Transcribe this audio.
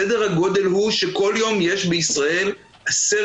סדר הגודל הוא שכל יום יש בישראל לפחות